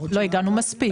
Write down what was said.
לא הגענו מספיק.